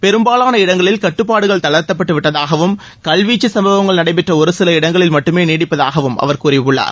பெரும்பாலான இடங்களில் கட்டுப்பாடுகள் தளர்த்தப்பட்டு விட்டதாகவும் கல்வீச்சு சம்பவங்கள் நடைபெற்ற ஒருசில இடங்களில் மட்டுமே நீடிப்பதாகவும் அவர் கூறியுள்ளார்